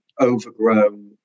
overgrown